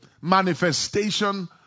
manifestation